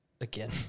Again